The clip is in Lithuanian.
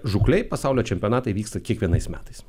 žūklėj pasaulio čempionatai vyksta kiekvienais metais